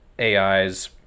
AIs